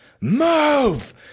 move